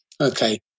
okay